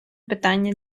питання